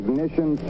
Ignition